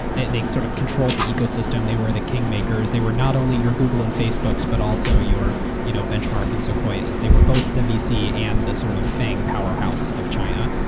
they they sort of controlled the ecosystem. they were the kingmakers. they were not only your google and facebook but also your you know benchmark and sequoias. they were both the vc and the sort of fang powerhouse of china.